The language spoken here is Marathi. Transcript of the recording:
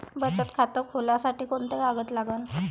बचत खात खोलासाठी कोंते कागद लागन?